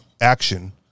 action